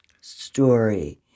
story